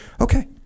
Okay